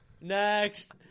Next